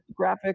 graphics